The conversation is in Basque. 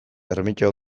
ermita